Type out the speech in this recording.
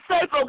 safe